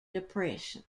depression